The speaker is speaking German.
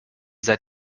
seit